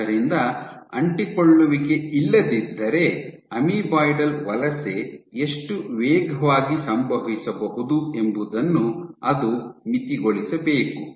ಆದ್ದರಿಂದ ಅಂಟಿಕೊಳ್ಳುವಿಕೆ ಇಲ್ಲದಿದ್ದರೆ ಅಮೀಬಾಯ್ಡಲ್ ವಲಸೆ ಎಷ್ಟು ವೇಗವಾಗಿ ಸಂಭವಿಸಬಹುದು ಎಂಬುದನ್ನು ಅದು ಮಿತಿಗೊಳಿಸಬೇಕು